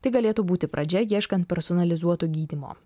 tai galėtų būti pradžia ieškant personalizuoto gydymo